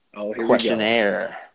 questionnaire